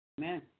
Amen